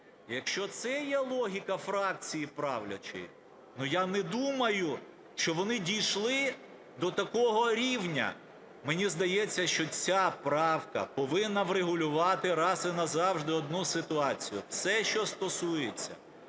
Якщо це є логіка фракції правлячої, ну, я не думаю, що вони дійшли до такого рівня. Мені здається, що ця правка повинна врегулювати раз і назавжди одну ситуацію, все, що стосується